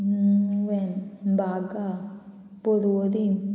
Nuvem Baga Porvorim